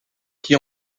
qui